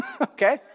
Okay